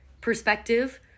perspective